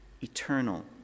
eternal